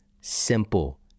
simple